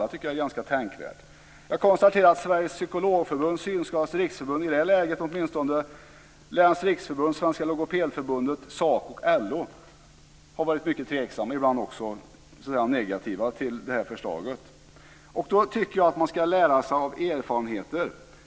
Jag tycker att det är tänkvärt. Jag konstaterar att Sveriges Psykologförbund, Synskadades Riksförbund i det här läget åtminstone, Lärarnas Riksförbund, Svenska Logopedförbundet, SACO och LO har varit mycket tveksamma, ibland också negativa till förslaget. Då tycker jag att man ska lära sig av erfarenheter.